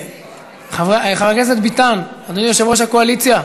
חבר הכנסת ביטן, אדוני יושב-ראש הקואליציה.